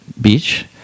Beach